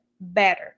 better